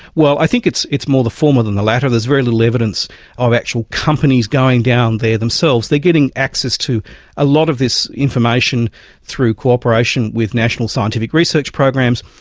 well, i think it's it's more the former than the latter. there's very little evidence ah of actual companies going down there themselves. they are getting access to a lot of this information through cooperation with national scientific research programs.